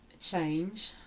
change